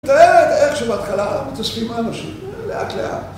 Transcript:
תאר איך שבהתחלה מתאספים האנשים, לאט לאט.